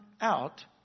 out